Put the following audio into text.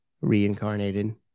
reincarnated